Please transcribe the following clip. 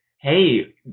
hey